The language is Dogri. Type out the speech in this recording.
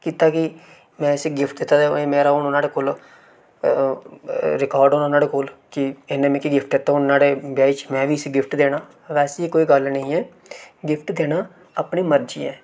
कीता कि में इसी गिफ्ट कीता ते मेरा हून नुहाड़े कोल रिकार्ड होना नुहाड़े कोल कि इन्ने मिकी गिफ्ट दित्ता ते हून नुहाड़े ब्याहे च में बी इसी गिफ्ट देना वैसी कोई गल्ल नेईं ऐ गिफ्ट देना अपनी मर्जी ऐ